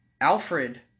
Alfred